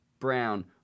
Brown